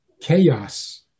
chaos